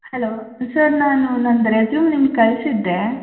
hello sir ನಾನು ನನ್ನದು resume ನಿಮಗೆ ಕಳಿಸಿದ್ದೆ